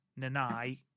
Nanai